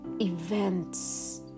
events